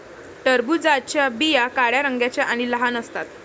टरबूजाच्या बिया काळ्या रंगाच्या आणि लहान असतात